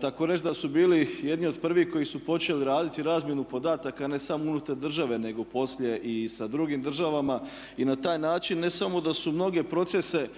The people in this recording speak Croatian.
Tako reći da su bili jedni od prvih koji su počeli raditi razmjenu podataka ne samo unutar države nego poslije i sa drugim državama i na taj način ne samo da su mnoge procese